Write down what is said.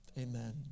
Amen